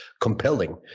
compelling